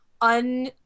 un